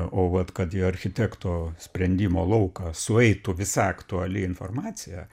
o vat kad į architekto sprendimo lauką sueitų visa aktuali informacija